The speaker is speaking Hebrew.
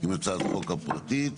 עם הצעת החוק הפרטית.